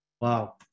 Wow